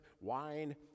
wine